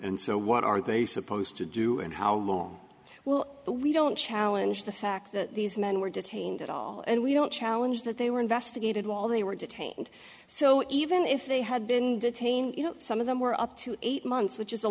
so what are they supposed to do and how well we don't challenge the fact that these men were detained at all and we don't challenge that they were investigated while they were detained so even if they had been detained you know some of them were up to eight months which is a